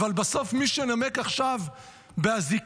אבל בסוף מי שנמק עכשיו באזיקים,